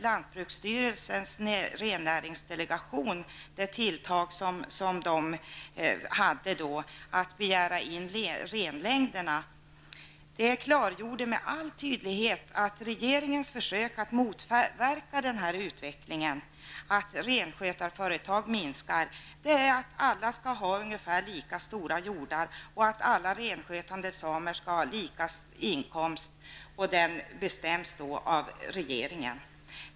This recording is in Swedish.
Lantbruksstyrelsens rennäringsdelegations tilltag i fjol i samband med nödutfodringen i Norrbotten att begära in renlängderna klargjorde med all tydlighet att regeringens försök att motverka utvecklingen att antalet renskötande samer minskar går ut på att alla skall ha ungefär lika stora hjordar och att alla renskötande samer skall ha lika stor inkomst, vilken då bestäms av regeringen.